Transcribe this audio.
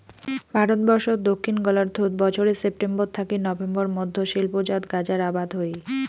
ভারতবর্ষত দক্ষিণ গোলার্ধত বছরে সেপ্টেম্বর থাকি নভেম্বর মধ্যত শিল্পজাত গাঁজার আবাদ হই